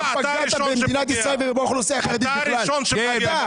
אתה הראשון שפוגע.